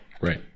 Right